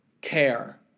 care